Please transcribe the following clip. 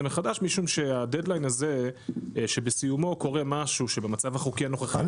מחדש משום שהדד ליין הזה שבסיומו קורה משהו שבמצב החוקי הנוכחי --- אני